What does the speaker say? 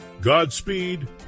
Godspeed